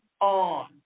on